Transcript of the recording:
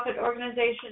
organization